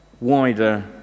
wider